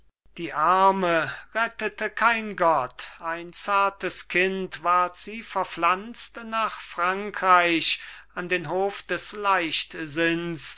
die arme rettete kein gott ein zartes kind ward sich verpflanzt nach frankreich an den hof des